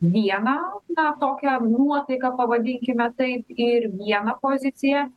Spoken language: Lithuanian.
vieną na tokią nuotaiką pavadinkime tai ir vieną poziciją